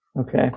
Okay